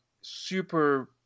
super